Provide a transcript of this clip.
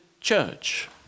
church